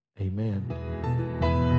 amen